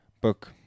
book